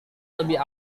lebih